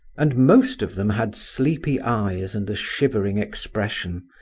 and most of them had sleepy eyes and a shivering expression,